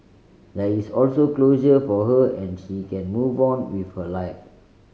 there is also closure for her and she can move on with her life